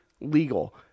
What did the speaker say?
legal